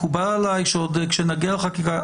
מקובל עלי שנגיע לחקיקה,